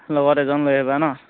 লগত এজন লৈ আহিবা ন